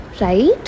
Right